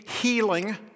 healing